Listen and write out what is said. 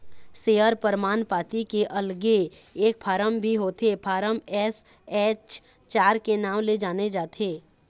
share परमान पाती के अलगे एक फारम भी होथे फारम एस.एच चार के नांव ले जाने जाथे